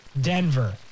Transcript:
Denver